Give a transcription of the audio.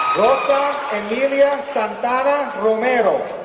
rosa amelia santana romero,